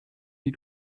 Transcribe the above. die